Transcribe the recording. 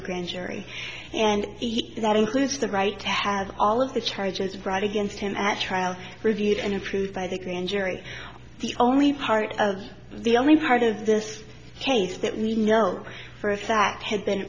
grand jury and that includes the right to have all of the charges brought against him as trial reviewed and approved by the grand jury the only part of the only part of this case that we know for a fact had been